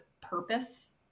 purpose